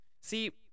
See